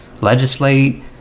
legislate